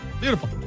Beautiful